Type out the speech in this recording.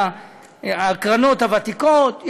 הקרנות הוותיקות,